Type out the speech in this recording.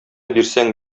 бирсәң